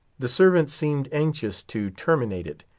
the servant seemed anxious to terminate it.